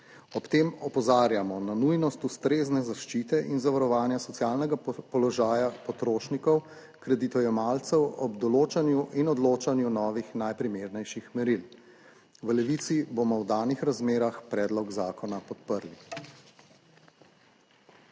Ob tem opozarjamo na nujnost ustrezne zaščite in zavarovanja socialnega položaja potrošnikov kreditojemalcev ob določanju in odločanju novih najprimernejših meril. V Levici bomo v danih razmerah predlog zakona podprli.